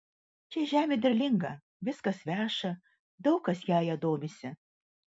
čia žemė derlinga viskas veša daug kas jąja domisi